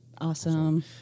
Awesome